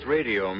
Radio